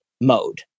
mode